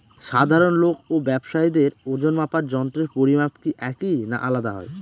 সাধারণ লোক ও ব্যাবসায়ীদের ওজনমাপার যন্ত্রের পরিমাপ কি একই না আলাদা হয়?